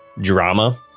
drama